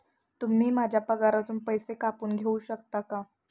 तुम्ही माझ्या पगारातून पैसे कापून घेऊ शकता का?